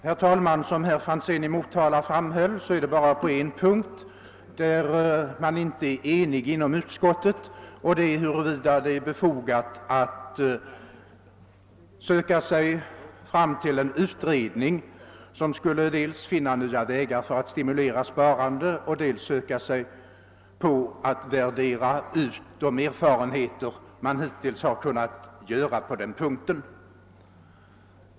Herr talman! Som herr Franzén i Motala framhöll är det bara på en punkt som utskottet inte är enigt och det gäller huruvida det vore önskvärt att få en utredning tillsatt som skulle dels finna nya vägar för att stimulera sparandet, dels söka värdera ut de erfarenheter man hittills har kunnat göra beträffande olika åtgärders effekt på sparandet:.